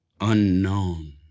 unknown